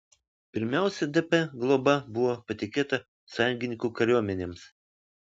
pirmiausia dp globa buvo patikėta sąjungininkų kariuomenėms